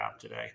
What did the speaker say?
today